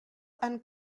and